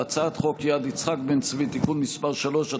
הצעת חוק יד יצחק בן-צבי (תיקון מס' 3),